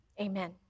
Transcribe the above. amen